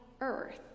earth